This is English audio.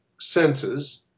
senses